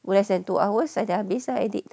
or less than two hours dah habis ah edit